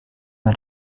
man